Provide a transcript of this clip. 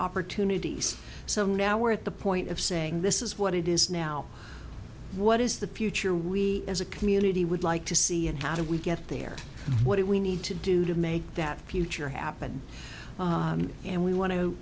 opportunities so now we're at the point of saying this is what it is now what is the future we as a community would like to see and how do we get there what do we need to do to make that future happen and we want to